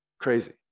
crazy